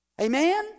Amen